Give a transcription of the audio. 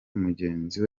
mugenzi